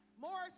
Morris